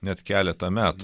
net keletą metų